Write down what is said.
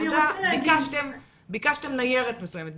ביקשתם ניירת מסוימת,